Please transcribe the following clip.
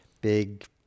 big